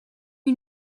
you